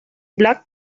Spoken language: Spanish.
black